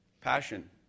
Passion